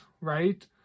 right